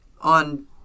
on